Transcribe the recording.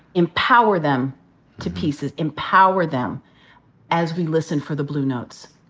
empower them to pieces. empower them as we listen for the blue notes.